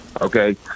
okay